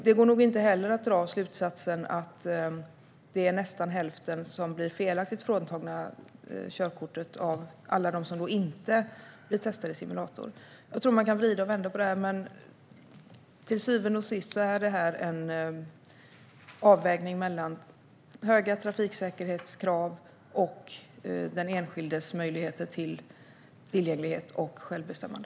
Det går nog inte heller att dra slutsatsen att det är nästan hälften som blir felaktigt fråntagna körkortet av alla dem som inte blir testade i simulator. Vi kan vrida och vända på detta, men till syvende och sist är det en avvägning mellan höga trafiksäkerhetskrav och den enskildes möjlighet till tillgänglighet och självbestämmande.